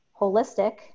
holistic